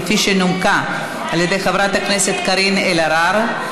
כפי שנומקה על ידי חברת הכנסת קארין אלהרר.